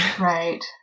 Right